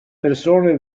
persone